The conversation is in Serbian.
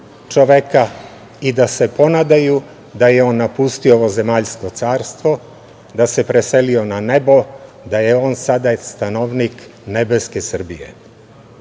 čoveka i da se ponadaju da je on napustio ovozemaljsko carstvo, da se preselio na nebo, da je on sada stanovnik nebeske Srbije. Što